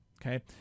okay